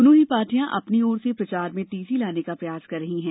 दोनों ही पार्टियां अपनी ओर से प्रचार में तेजी लाने का प्रयास कर रही हैं